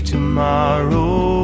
tomorrow